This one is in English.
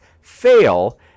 fail